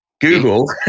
Google